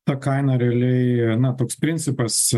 ta kaina realiai na toks principas